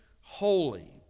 holy